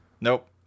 Nope